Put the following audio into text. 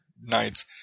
nights